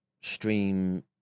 stream